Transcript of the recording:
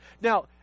Now